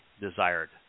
desired